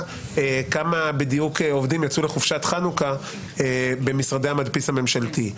כמה עובדים בדיוק יצאו לחופשת חנוכה במשרדי המדפיס הממשלתי.